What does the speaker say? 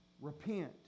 Repent